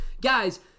guys